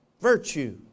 virtue